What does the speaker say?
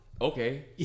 Okay